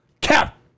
CAP